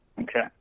okay